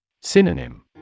Synonym